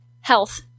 health